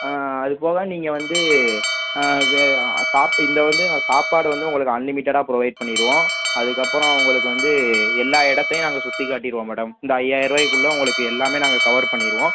அதுபோக நீங்கள் வந்து வெ சாப் இந்த வந்து நா சாப்பாடு வந்து உங்களுக்கு அன்லிமிட்டடாக ப்ரொவைட் பண்ணிடுவோம் அதுக்கப்புறம் உங்களுக்கு வந்து எல்லா இடத்தையும் நாங்கள் சுற்றி காட்டிடுவோம் மேடம் இந்த ஐயாயிர் ரூபாய்குள்ள உங்களுக்கு எல்லாமே நாங்கள் கவர் பண்ணிடுவோம்